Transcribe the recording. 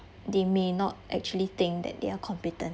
they may not actually think that they are competent